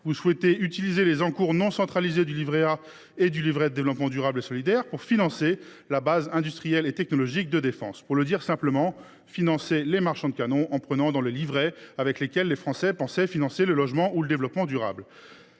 Vous souhaitez utiliser les encours non centralisés du livret A et du livret de développement durable et solidaire pour financer la BITD. Pour le dire simplement : financer les marchands de canons en prenant dans les livrets avec lesquels les Français pensaient financer le logement ou le développement durable